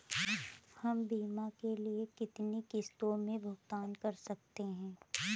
हम बीमा के लिए कितनी किश्तों में भुगतान कर सकते हैं?